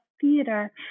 theater